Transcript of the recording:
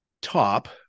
top